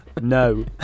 no